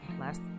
last